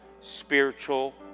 spiritual